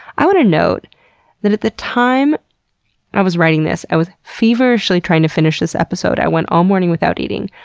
i want to note that at the time i was writing this, i was feverishly trying to finish this episode. i went all morning without eating,